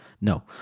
No